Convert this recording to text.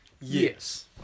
yes